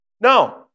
No